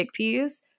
chickpeas